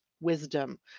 wisdom